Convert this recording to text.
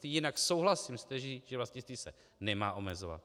Jinak souhlasím s tezí, že vlastnictví se nemá omezovat.